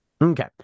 Okay